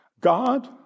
God